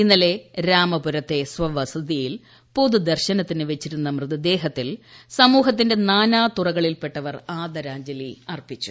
ഇന്നലെ രാമപുരത്തെ സ്വവസതിയിൽ പൊതുദർശനത്തിന് വച്ചിരുന്ന മൃതദേഹത്തിൽ സമൂഹത്തിന്റെ നാനാ തുറകളിൽപ്പെട്ടവർ ആദരാജ്ഞലി അർപ്പിച്ചു